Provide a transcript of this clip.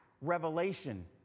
Revelation